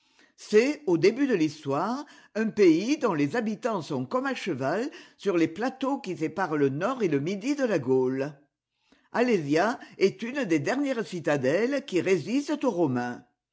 c'est au début de l'histoire un pays dont les habitants sont comme à cheval sur les plateaux qui séparent le nord et le midi de la gaule alésia est une des dernières citadelles qui résistent aux romains